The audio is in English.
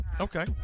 okay